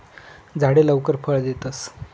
झाडे लवकर फळ देतस